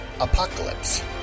Apocalypse